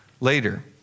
later